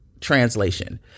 translation